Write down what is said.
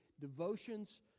devotions